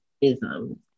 ism